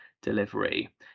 delivery